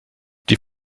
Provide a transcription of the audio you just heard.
die